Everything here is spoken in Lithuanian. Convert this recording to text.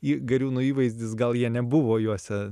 į gariūnų įvaizdis gal jie nebuvo juose